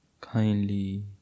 kindly